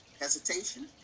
hesitation